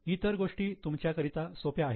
इतर गोष्टी तुमच्याकरिता सोप्या आहेत